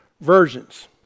versions